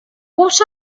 what